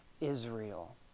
Israel